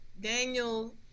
Daniel